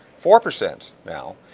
four percent now.